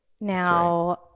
Now